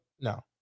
No